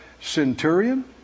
Centurion